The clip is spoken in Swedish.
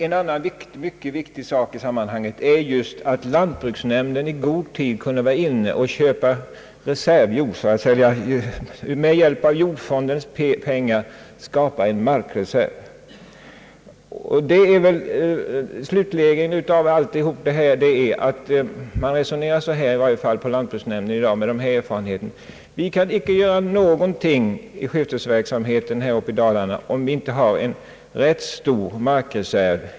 En annan viktig sak i sammanhanget är att lantbruksnämnden i god tid kunde med hjälp av jordfondens pengar skapa en markreserv. Med de erfarenheter som nu finns säger lantbruksnämnden på det sättet att den icke kan göra någonting i fråga om skiftesverksamheten i denna del av Dalarna, om den inte har en rätt stor markreserv.